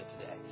today